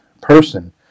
person